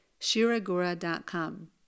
shiragora.com